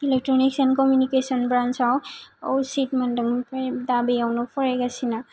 electronics and communication ब्रानचाव seat मोनदों आमफ्राय दा बेयावनो फरायगासिनो